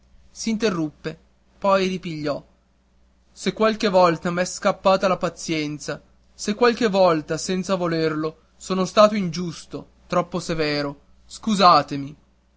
figliuoli s'interruppe poi ripigliò se qualche volta m'è scappata la pazienza se qualche volta senza volerlo sono stato ingiusto troppo severo scusatemi